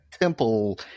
temple